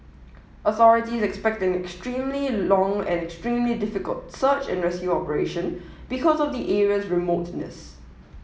authorities expect an extremely long and extremely difficult search and rescue operation because of the area's remoteness